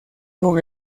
con